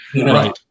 Right